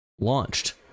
launched